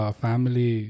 family